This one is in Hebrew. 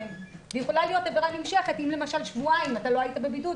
היא יכולה להיות עבירה נמשכת אם למשל שבועיים לא היית בבידוד.